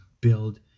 build